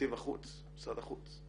מתקציב משרד החוץ?